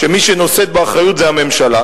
שמי שנושאת באחריות זו הממשלה.